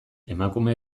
emakume